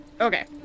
Okay